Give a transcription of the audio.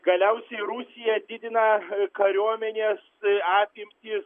galiausiai rusija didina kariuomenės apimtį